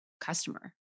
customer